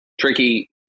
Tricky